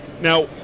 Now